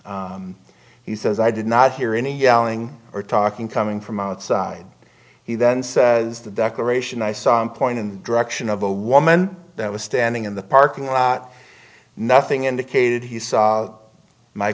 he says i did not hear any yelling or talking coming from outside he then says the declaration i saw him point in the direction of a woman that was standing in the parking lot nothing indicated he saw my